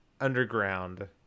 underground